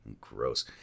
gross